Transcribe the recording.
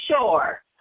sure